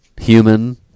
Human